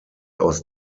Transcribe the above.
aus